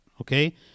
okay